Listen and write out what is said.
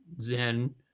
Zen